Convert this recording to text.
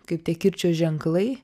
kaip tie kirčio ženklai